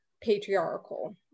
patriarchal